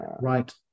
right